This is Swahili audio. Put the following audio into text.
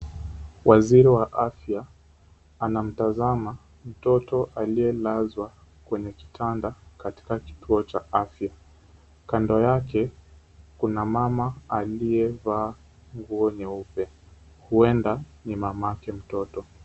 Waziri wa Afya anamtazama mtoto aliyelazwa kwenye kitanda katika kituo cha afya. Kando yake, kuna mama aliyevaa nguo nyeupe. Huenda ni mamake mtoto.